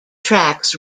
tracks